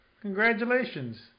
Congratulations